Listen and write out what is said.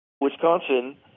Wisconsin